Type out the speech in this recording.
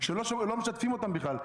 שלא משתפים אותם בכלל,